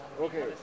Okay